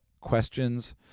questions